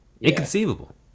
Inconceivable